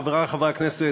חברי חברי הכנסת,